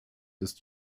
ist